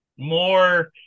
More